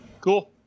cool